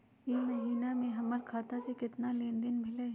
ई महीना में हमर खाता से केतना लेनदेन भेलइ?